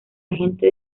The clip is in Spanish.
agente